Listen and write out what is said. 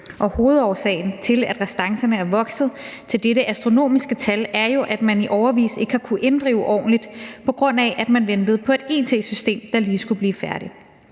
Hovedårsagen til, at restancerne er vokset til dette astronomiske tal, er jo, at man i årevis ikke har kunnet inddrive ordentligt, på grund af at man ventede på et it-system, der lige skulle blive færdigt.